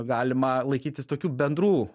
galima laikytis tokių bendrų